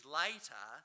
later